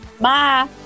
Bye